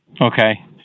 Okay